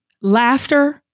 laughter